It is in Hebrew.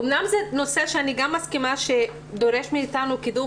אמנם זה נושא שאני גם מסכימה שדורש מאתנו קידום